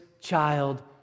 child